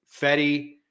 Fetty